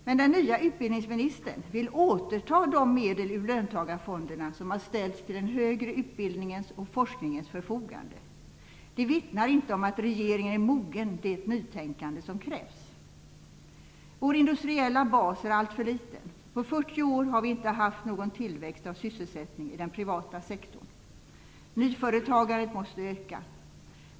Men den nya utbildningsministern vill återta de medel ut löntagarfonderna som har ställts till den högre utbildningens och forskningens förfogande. Det vittnar inte om att regeringen är mogen det nytänkande som krävs. Vår industriella bas är alltför liten. Det har inte varit någon tillväxt av sysselsättningen i den privata sektorn de senaste 40 åren. Nyföretagandet måste öka.